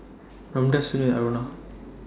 Ramdev Sunil Aruna